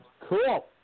Cool